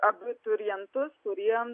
abiturientus kurie